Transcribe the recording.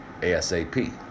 ASAP